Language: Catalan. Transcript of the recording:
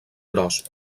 gros